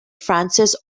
francis